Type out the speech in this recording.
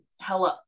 hello